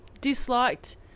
Disliked